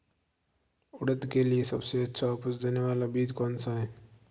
उड़द के लिए सबसे अच्छा उपज देने वाला बीज कौनसा है?